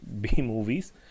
B-movies